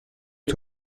aux